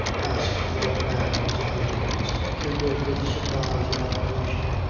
asked the young man, whose eyes at once kindled with surprise and admiration.